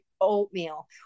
oatmeal